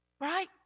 right